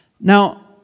Now